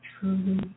truly